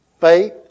Faith